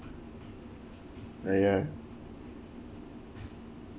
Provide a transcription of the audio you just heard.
ah ya